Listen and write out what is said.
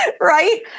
Right